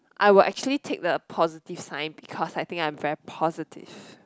I will actually take the positive sign because I think I am very positive